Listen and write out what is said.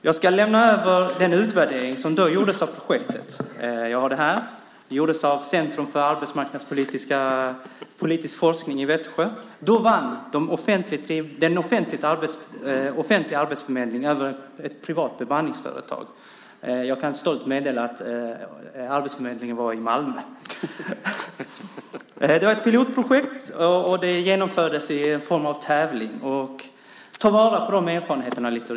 Jag ska lämna över den utvärdering som gjordes av det projektet. Jag har den här. Den gjordes av Centrum för arbetsmarknadspolitisk forskning i Växjö. Då vann den offentliga arbetsförmedlingen över ett privat bemanningsföretag. Jag kan stolt meddela att arbetsförmedlingen fanns i Malmö. Det var ett pilotprojekt, och det genomfördes i form av en tävling. Ta vara på de erfarenheterna, Littorin!